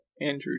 Andrew